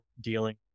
dealing